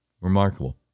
Remarkable